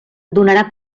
donarà